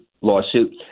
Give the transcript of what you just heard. lawsuit